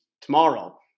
tomorrow